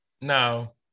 No